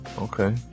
okay